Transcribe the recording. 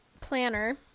planner